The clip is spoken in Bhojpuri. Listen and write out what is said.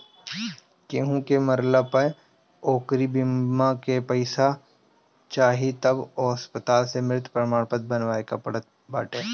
केहू के मरला पअ ओकरी बीमा के पईसा चाही तअ अस्पताले से मृत्यु प्रमाणपत्र बनवावे के पड़त बाटे